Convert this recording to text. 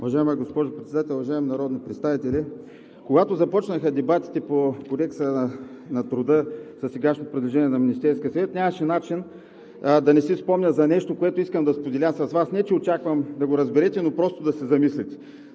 Уважаема госпожо Председател, уважаеми народни представители! Когато започнаха дебатите по Кодекса на труда със сегашното предложение на Министерския съвет, нямаше начин да не си спомня за нещо, което искам да споделя с Вас – не че очаквам да го разберете, просто да се замислите.